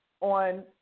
on